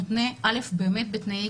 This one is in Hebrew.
שמותנה בתנאי